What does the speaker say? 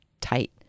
tight